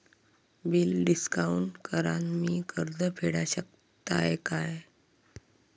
Bill discount करान मी कर्ज फेडा शकताय काय?